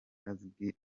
azwi